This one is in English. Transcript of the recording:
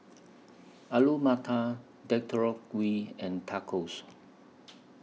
Alu Matar Gui and Tacos